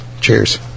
Cheers